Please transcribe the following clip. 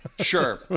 sure